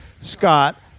Scott